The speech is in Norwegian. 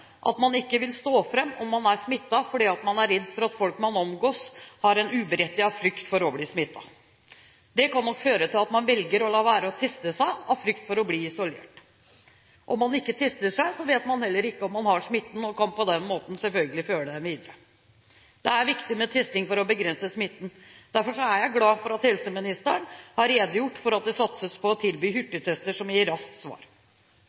at man ikke vil stå fram om man er smittet, fordi man er redd for at folk man omgås, har en uberettiget frykt for å bli smittet. Det kan nok føre til at man velger å la være å teste seg av frykt for å bli isolert. Om man ikke tester seg, vet man heller ikke om man har smitten, og kan på den måten selvfølgelig føre den videre. Det er viktig med testing for å begrense smitten. Derfor er jeg glad for at helseministeren har redegjort for at det satses på å tilby hurtigtester som gir raskt svar.